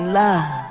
love